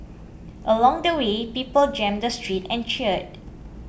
along the way people jammed the streets and cheered